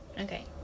Okay